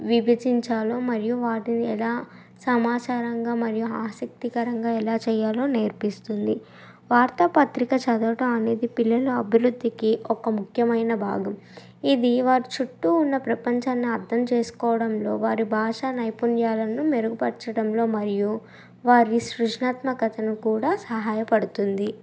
విభజించాలో మరియు వాటిని ఎలా సమాచారంగా మరియు ఆసక్తికరంగా ఎలా చేయాలో నేర్పిస్తుంది వార్తాపత్రిక చదవటం అనేది పిల్లలు అభివృద్ధికి ఒక ముఖ్యమైన భాగం ఇది వారి చుట్టూ ఉన్న ప్రపంచాన్ని అర్థం చేసుకోవడంలో వారి భాష నైపుణ్యాలను మెరుగుపరచడంలో మరియు వారి సృజనాత్మకతను కూడా సహాయపడుతుంది